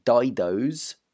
Dido's